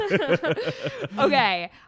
Okay